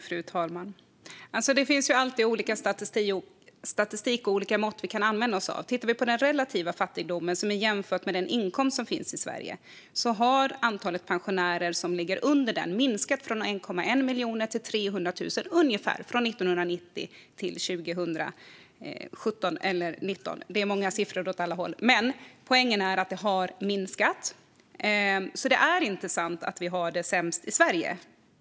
Fru talman! Det finns alltid olika statistik och olika mått som vi kan använda oss av. Vi kan titta på den relativa fattigdomen, som är jämförd med den inkomst som finns i Sverige. Antalet pensionärer som ligger under gränsen har minskat från 1,1 miljoner till ungefär 300 000 från 1990 till 2017 eller 2019 - det är många siffror åt alla håll. Men poängen är att det har minskat. Det är alltså inte sant att vi har det sämst i Sverige.